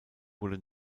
wurde